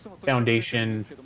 foundation